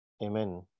Amen